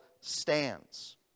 stands